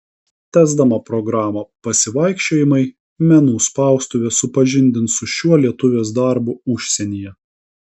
tęsdama programą pasivaikščiojimai menų spaustuvė supažindins su šiuo lietuvės darbu užsienyje